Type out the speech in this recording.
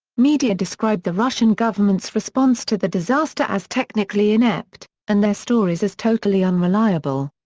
media described the russian government's response to the disaster as technically inept and their stories as totally unreliable.